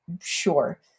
Sure